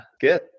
Good